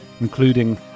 including